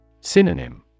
Synonym